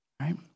right